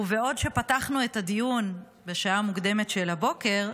ובעוד אנחנו פותחים את הדיון בשעה מוקדמת של הבוקר,